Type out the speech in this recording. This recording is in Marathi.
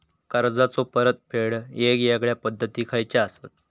कर्जाचो परतफेड येगयेगल्या पद्धती खयच्या असात?